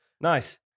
Nice